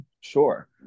Sure